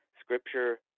scripture